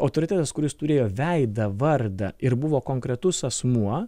autoritetas kuris turėjo veidą vardą ir buvo konkretus asmuo